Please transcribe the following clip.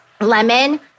lemon